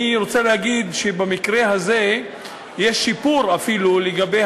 אני רוצה להגיד שבמקרה הזה יש שיפור אפילו לגבי